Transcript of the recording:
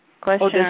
Question